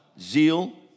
zeal